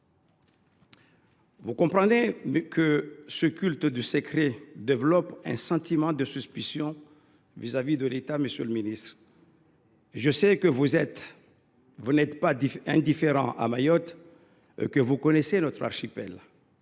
Vous comprendrez que ce culte du secret développe un sentiment de suspicion à l’égard de l’État. Je sais que vous n’êtes pas indifférent à Mayotte, que vous connaissez notre archipel.